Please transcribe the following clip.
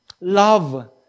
Love